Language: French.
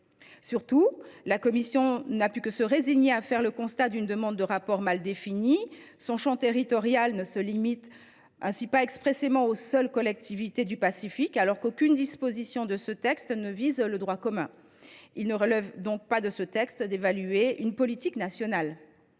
Surtout, la commission n’a pu que se résigner à faire le constat d’une demande de rapport mal définie. Son champ territorial ne se limite ainsi pas expressément aux seules collectivités du Pacifique, alors qu’aucune disposition du présent texte ne vise le droit commun et qu’il ne relève donc pas de ce projet de loi de prévoir l’évaluation d’une politique nationale.